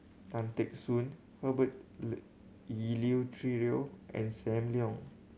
Tan Teck Soon Herbert Eleuterio and Sam Leong